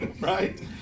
right